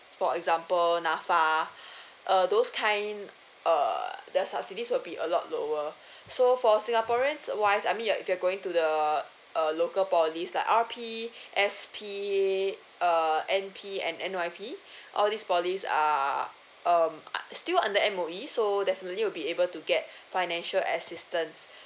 for example N_A_F_A err those kind uh their subsidies will be a lot lower so for singaporean wise I mean you're you're going to the uh local polys like R_P S_P uh N_P and N_Y_P all these polys are um still under M_O_E so definitely will be able to get financial assistance